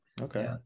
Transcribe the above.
okay